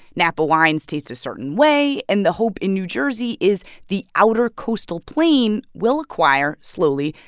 napa wines taste a certain way. and the hope in new jersey is the outer coastal plain will acquire, slowly,